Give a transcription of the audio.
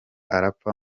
arapfa